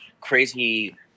crazy